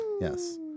Yes